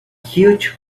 huge